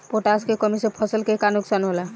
Potash के कमी से फसल के का नुकसान होला?